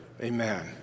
Amen